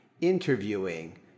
interviewing